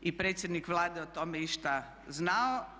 i predsjednik Vlade o tome išta znao.